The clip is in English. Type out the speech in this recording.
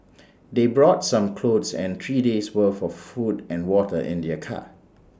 they brought some clothes and three days' worth for food and water in their car